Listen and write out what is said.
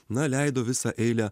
na leido visą eilę